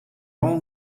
all